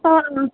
অঁ